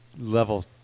level